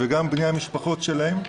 וגם בני המשפחות שלהם.